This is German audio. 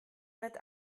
mit